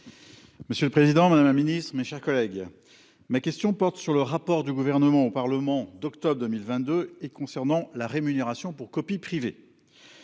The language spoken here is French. Monsieur le Président Madame la Ministre, mes chers collègues. Ma question porte sur le rapport du gouvernement au Parlement d'octobre 2022 et concernant la rémunération pour copie privée.